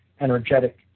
energetic